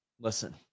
listen